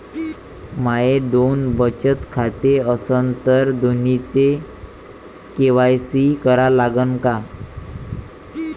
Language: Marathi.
माये दोन बचत खाते असन तर दोन्हीचा के.वाय.सी करा लागन का?